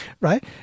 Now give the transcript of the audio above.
Right